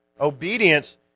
obedience